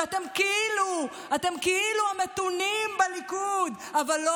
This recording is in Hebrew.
כשאתם כאילו המתונים בליכוד אבל,